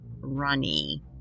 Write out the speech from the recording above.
runny